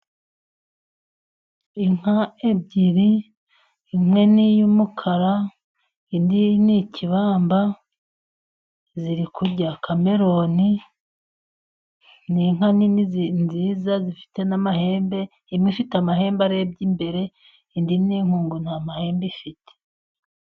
Inka ebyiri, imwe ni iy'umukara, indi ni ikibamba. Ziri kurya kameroni. Ni inka nini nziza zifite n'amahembe, imwe ifite amahembe arebye imbere, indi ni inkungu nta mahembe ifite.